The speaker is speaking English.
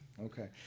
Okay